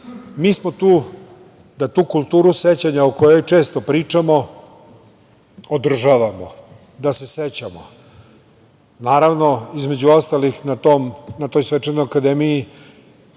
smo tu da tu kulturu sećanja o kojoj često pričamo održavamo, da se sećamo, naravno između ostalih na toj Svečanoj akademiji